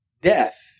death